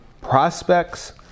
prospects